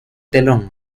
telón